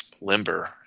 limber